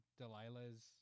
Delilah's